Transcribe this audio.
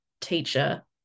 teacher